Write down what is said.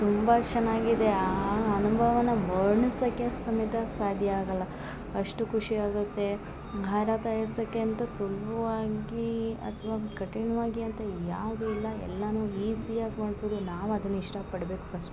ತುಂಬ ಚೆನ್ನಾಗಿ ಇದೆ ಆ ಅನುಭವನ ವರ್ಣಿಸಕ್ಕೆ ಸಮೇತ ಸಾಧ್ಯ ಆಗಲ್ಲ ಅಷ್ಟು ಖುಷಿ ಆಗುತ್ತೆ ಭಾಯ್ರಾತ ಏರ್ಸಕ್ಕೆ ಅಂತ ಸುಲಭ್ವಾಗಿ ಅಥ್ವ ಕಠಿಣ್ವಾಗಿ ಅಂತ ಯಾವುದು ಇಲ್ಲ ಎಲ್ಲಾನು ಈಝಿಯಾಗಿ ಮಾಡ್ಬೌದು ನಾವು ಅದನ್ನ ಇಷ್ಟ ಪಡಬೇಕು ಫಸ್ಟ್